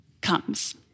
comes